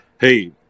Hey